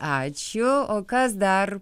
ačiū o kas dar